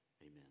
Amen